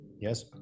yes